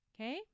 Okay